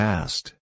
Past